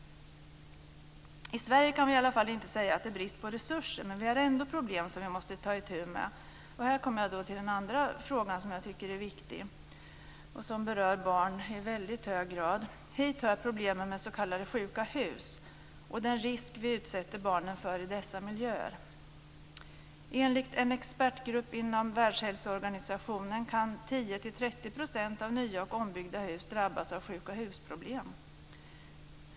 I Sverige kan vi i alla fall inte säga att det är brist på resurser, men vi har ändå problem som vi måste ta itu med. Här kommer jag till den andra frågan som jag tycker är viktig och som berör barn i väldigt hög grad. Hit hör problemen med s.k. sjuka hus och den risk vi utsätter barnen för i dessa miljöer. Enligt en expertgrupp inom Världshälsoorganisationen kan 10 30 % av nya och ombyggda hus drabbas av sjuka husproblem.